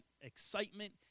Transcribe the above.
excitement